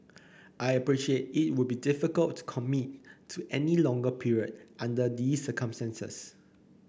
I appreciate it would be difficult to commit to any longer period under this circumstances